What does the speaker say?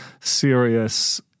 serious